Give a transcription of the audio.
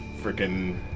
freaking